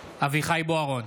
אביחי אברהם בוארון,